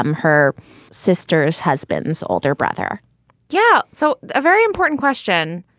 um her sister's husband's older brother yeah. so a very important question.